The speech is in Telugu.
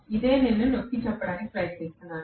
ఇదే నేను నొక్కి చెప్పడానికి ప్రయత్నిస్తున్నాను